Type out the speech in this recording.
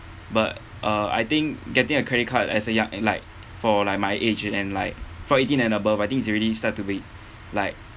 but uh I think getting a credit card as a young like for like my age and like for eighteen and above I think it's already start to be like